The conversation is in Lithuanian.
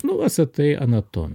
nu atstatai anaotomiją